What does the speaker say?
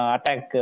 Attack